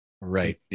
Right